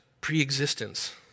pre-existence